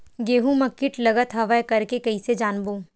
गेहूं म कीट लगत हवय करके कइसे जानबो?